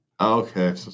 Okay